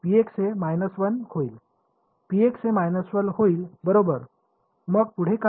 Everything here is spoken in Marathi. हे होईल बरोबर मग पुढे काय